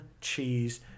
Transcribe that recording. cheese